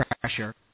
pressure